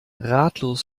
ratlos